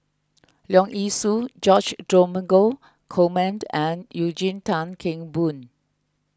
Leong Yee Soo George Dromgold Coleman and Eugene Tan Kheng Boon